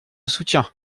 soutien